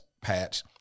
patch